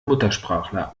muttersprachler